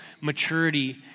maturity